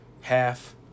half